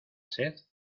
sed